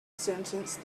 sentence